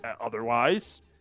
otherwise